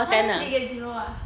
!huh! then they get zero ah